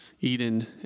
Eden